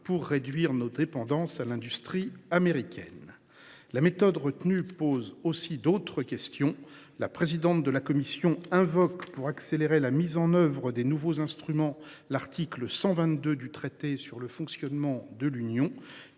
pour réduire nos dépendances à l’industrie américaine. La méthode retenue pose d’autres problèmes. La présidente de la Commission invoque, pour accélérer la mise en œuvre des nouveaux instruments, l’article 122 du traité sur le fonctionnement de l’Union